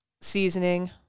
seasoning